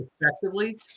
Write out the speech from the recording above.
effectively